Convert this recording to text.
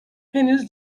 henüz